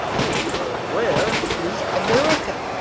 as you are aware, is america.